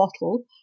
bottle